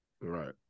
Right